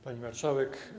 Pani Marszałek!